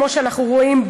כמו שאנחנו רואים,